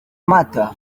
mata